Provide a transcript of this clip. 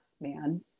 man